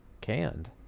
canned